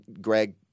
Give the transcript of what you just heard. Greg